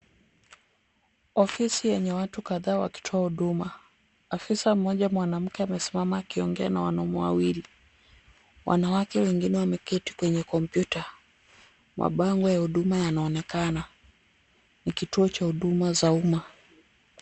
Ofisi yenye watu kadhaa wakitoa huduma. Afisa mmoja mwanamke amesimama akiongea na wanaume wawili. Wanawake wengine wameketi kwenye kompyuta. Mabango ya huduma yanaonekana. Ni ituo cha huduma za uma.